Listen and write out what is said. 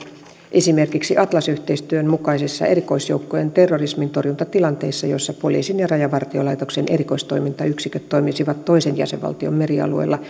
esimerkiksi atlas yhteistyön mukaisissa erikoisjoukkojen terrorismintorjuntatilanteissa joissa poliisin ja rajavartiolaitoksen erikoistoimintayksiköt toimisivat toisen jäsenvaltion merialueella